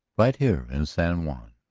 right here in san juan,